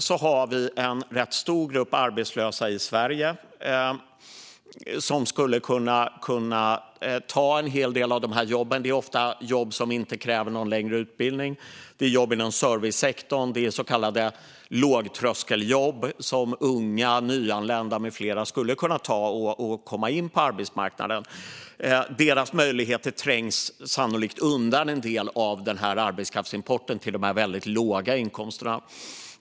Vi har en rätt stor grupp arbetslösa i Sverige som skulle kunna ta en hel del av dessa jobb. Det är ofta jobb som inte kräver någon längre utbildning, det är jobb inom servicesektorn och det är så kallade lågtröskeljobb som unga nyanlända med flera skulle kunna ta och komma in på arbetsmarknaden. Deras möjligheter trängs sannolikt undan av en del av arbetskraftsimporten till de väldigt låga inkomsterna.